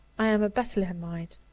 i am a bethlehemite,